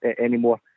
anymore